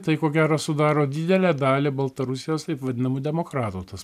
tai ko gero sudaro didelę dalį baltarusijos taip vadinamų demokratų tas